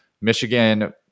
Michigan